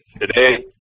Today